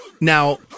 Now